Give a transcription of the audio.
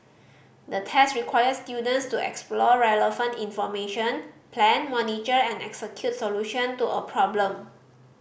the test required students to explore relevant information plan monitor and execute solution to a problem